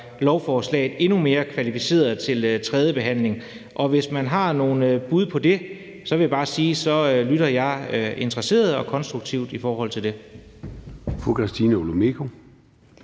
lovforslag endnu mere kvalificerede op til tredjebehandlingen. Og hvis man har nogle bud på det, vil jeg bare sige, at så lytter jeg interesseret og vil forholde